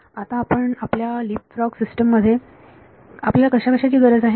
तर आता आपल्या लिपफ्रॉग सिस्टम मध्ये आपल्याला कशाकशाची गरज आहे